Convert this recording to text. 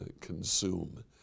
consume